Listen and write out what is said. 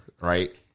right